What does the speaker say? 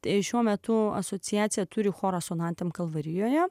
tai šiuo metu asociacija turi choras sonantem kalvarijoje